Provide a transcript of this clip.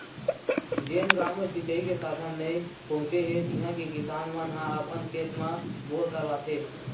जेन गाँव म सिचई के साधन नइ पहुचे हे तिहा के किसान मन ह अपन खेत म बोर करवाथे